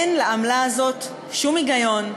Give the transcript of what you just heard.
אין לעמלה הזאת שום היגיון,